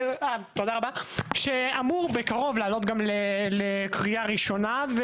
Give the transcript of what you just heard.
שאמור בקרוב לעלות גם לקריאה ראשונה.